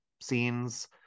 scenes